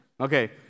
okay